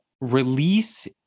release